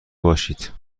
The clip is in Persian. باشید